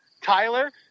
Tyler